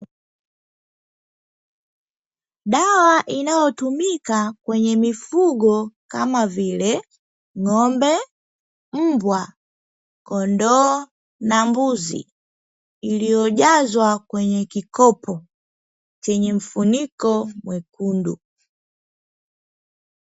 Dawa inayotumika kwenye mifugo, kama vile: ng'ombe, mbwa kondoo na mbuzi, iliyojazwa kwenye kikopo chenye mfuniko mwekundu.